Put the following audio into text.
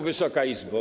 Wysoka Izbo!